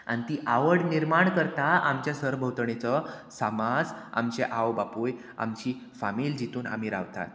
आनी ती आवड निर्माण करता आमच्या सरभोवतणीचो समाज आमचे आवय बापूय आमची फामील जितून आमी रावतात